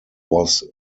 was